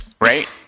right